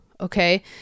Okay